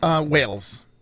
Wales